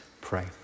pray